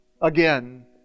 again